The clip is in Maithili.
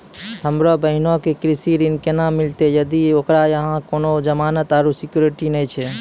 हमरो बहिनो के कृषि ऋण केना मिलतै जदि ओकरा लगां कोनो जमानत आरु सिक्योरिटी नै छै?